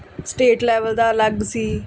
state level ਦਾ ਅਲੱਗ ਸੀ